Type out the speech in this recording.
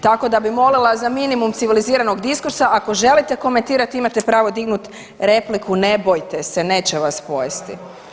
Tako da bi molila za minimum civiliziranog diskursa, ako želite komentirat imate pravo dignut repliku, ne bojte se, neće vas pojesti.